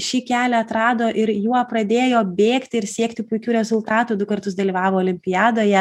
šį kelią atrado ir juo pradėjo bėgti ir siekti puikių rezultatų du kartus dalyvavo olimpiadoje